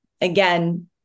Again